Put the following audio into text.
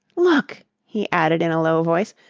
look! he added in a low voice,